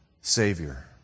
Savior